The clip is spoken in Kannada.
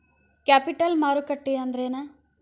ಕ್ಯಾಪಿಟಲ್ ಮಾರುಕಟ್ಟಿ ಅಂದ್ರೇನ?